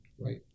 Right